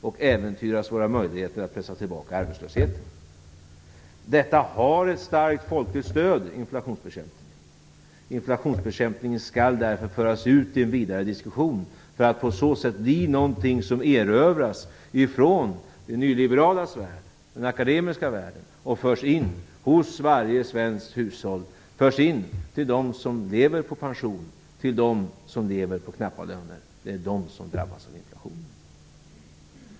Också våra möjligheter att pressa tillbaka arbetslösheten äventyras. Inflationbekämpningen har ett starkt folkligt stöd. Den skall därför föras ut i en vidare diskussion för att på så sätt bli någonting som erövras från de nyliberalas värld, den akademiska världen, och som förs in i varje svenskt hushåll, och in till dem som lever på pension och knappa löner. Det är de som drabbas av inflationen.